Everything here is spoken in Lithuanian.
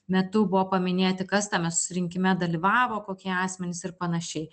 metu buvo paminėti kas tame susirinkime dalyvavo kokie asmenys ir panašiai